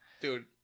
Dude